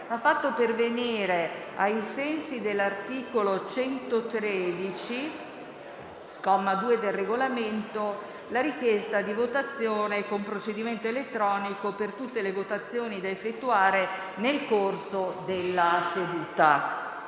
ha fatto pervenire, ai sensi dell'articolo 113, comma 2, del Regolamento, la richiesta di votazione con procedimento elettronico per tutte le votazioni da effettuare nel corso della seduta.